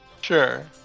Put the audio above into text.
Sure